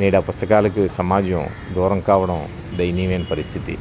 నేడు ఆ పుస్తకాలకి సమాజం దూరం కావడం దైయనీయమైన పరిస్థితి